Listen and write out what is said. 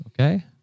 okay